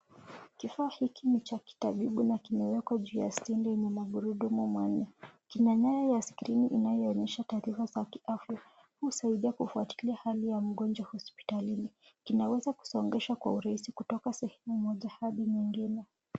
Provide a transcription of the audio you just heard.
Kifaa hiki ni cha kitabibu na kimewekwa juu ya stendi yenye magurudumu manne. Kina nyaya ya skrini inayoonyesha taarifa za kiafya. Husaidia kufuatilia hali ya mgonjwa hospitalini. Kinaweza kusongeshwa kwa urahisi kutoka sehemu moja hadi nyingine.